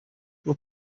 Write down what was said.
grew